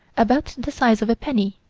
about the size of a penny,